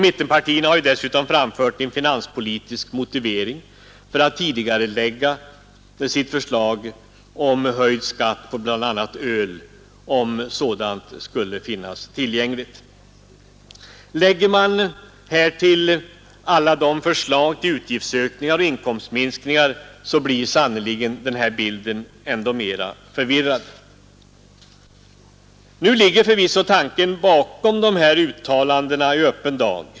Mittenpartierna har ju dessutom framfört en finanspolitisk motivering för att tidigarelägga höjd skatt på bl.a. öl — om sådant skulle finnas tillgängligt. Lägger man härtill alla deras förslag till utgiftsökningar och inkomstminskningar, så blir sannerligen bilden ännu mer förvirrad. Nu ligger förvisso tanken bakom de här uttalandena i öppen dag.